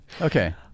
Okay